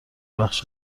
بخش